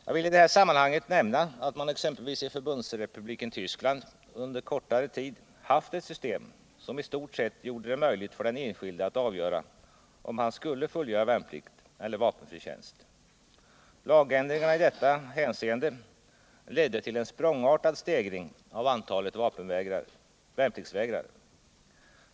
Jag vill i detta sammanhang nämna att man exempelvis i Förbundsrepubliken Tyskland under en kortare tid haft ett system som i stort sett gjorde det möjligt för den enskilde att avgöra, om han skulle fullgöra värnplikt eller vapenfri tjänst. Lagändringarna i detta hänseende ledde till en språngartad stegring av antalet värnpliktsvägrare.